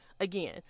again